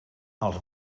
els